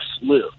live